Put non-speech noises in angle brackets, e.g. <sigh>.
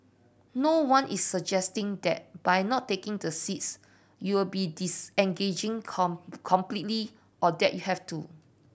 no one is suggesting that by not taking the seats you will be disengaging <unintelligible> completely or that you have to